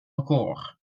record